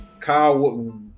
Kyle